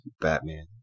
Batman